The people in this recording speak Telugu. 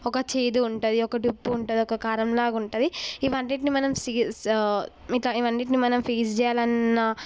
ఒక చేదు ఉంటుంది ఒకటి ఉప్పు ఉంటుంది ఒక కారం లాగా ఉంటుంది ఇవ్వన్నిటిని మనం ఇవ్వన్నిటిని మనం పేస్ చేయాలన్న